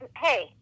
Hey